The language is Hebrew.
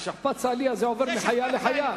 השכפ"ץ הצה"לי הזה עובר מחייל לחייל.